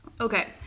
Okay